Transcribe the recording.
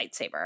lightsaber